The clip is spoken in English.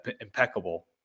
impeccable